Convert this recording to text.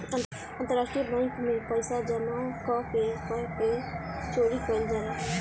अंतरराष्ट्रीय बैंक में पइसा जामा क के कर के चोरी कईल जाला